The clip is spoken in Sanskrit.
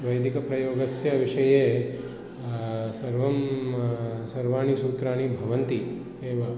वैदिकप्रयोगस्य विषये सर्वं सर्वाणि सूत्राणि भवन्ति एव